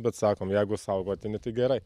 bet sakom jeigu saugotini tai gerai